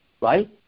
right